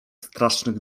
strasznych